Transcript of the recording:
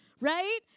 right